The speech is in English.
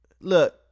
Look